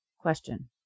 Question